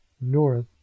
north